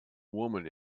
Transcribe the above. woman